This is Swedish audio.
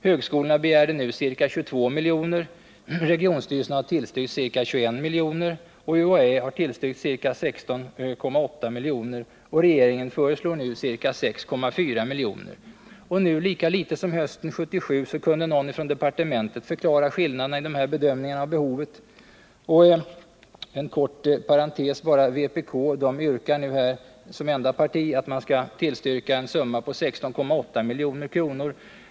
Högskolorna har begärt ca 22 milj.kr., regionstyrelserna har tillstyrkt ca 21 milj.kr. och UHÄ har tillstyrkt ca 16,8 milj.kr. Regeringen föreslår nu ca 6,4 milj.kr. Nu, lika litet som hösten 1977, kunde någon från departementet förklara skillnaderna i bedömningen av behovet. En kort parentes bara! Vänsterpartiet kommunisterna yrkar nu här som enda parti att en summa på 16,8 milj.kr. skall tillstyrkas.